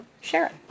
Sharon